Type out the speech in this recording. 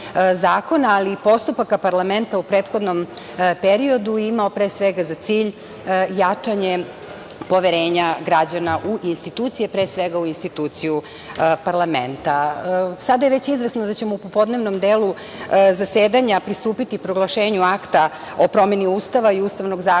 ali i postupaka parlamenta u prethodnom periodu imao pre svega za cilj jačanje poverenja građana u institucije, pre svega u instituciju parlamenta. Sada je već izvesno da ćemo u popodnevnom delu zasedanja pristupiti proglašenju Akta o promeni Ustava i Ustavnog zakona